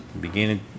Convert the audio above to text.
beginning